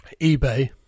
ebay